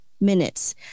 minutes